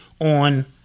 on